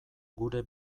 gure